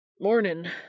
Morning